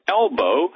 elbow